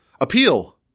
appeal